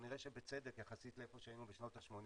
כנראה שבצדק, יחסית לאיפה שהיינו בשנות ה-80,